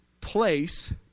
place